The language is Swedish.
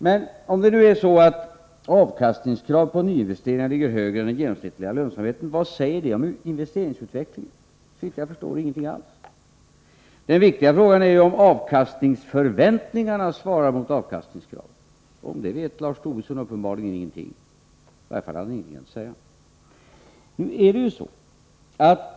Men om det nu är så att avkastningskravet på nyinvesteringar ligger högre än den genomsnittliga lönsamheten, vad säger detta om investeringsutvecklingen? Såvitt jag förstår ingenting alls. Den viktiga frågan är ju om avkastningsförväntningarna svarar mot avkastningskravet. Om det vet Lars Tobisson uppenbarligen ingenting — i varje fall hade han ingenting att säga.